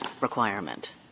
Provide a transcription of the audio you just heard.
requirement